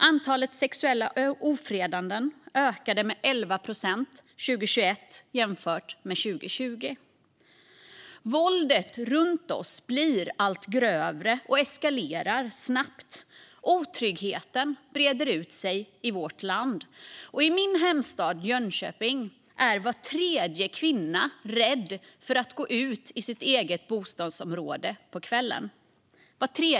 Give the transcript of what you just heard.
Antalet sexuella ofredanden ökade med 11 procent 2021 jämfört med 2020. Våldet runt oss blir allt grövre och eskalerar snabbt. Otryggheten breder ut sig i vårt land. I min hemstad Jönköping är var tredje kvinna rädd för att gå ut i sitt eget bostadsområde på kvällen.